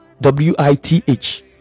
W-I-T-H